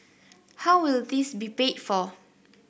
how will this be paid for